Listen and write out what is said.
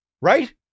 Right